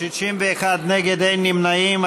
אין נמנעים.